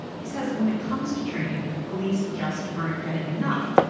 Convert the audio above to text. he says when it comes to training, police just aren't getting enough.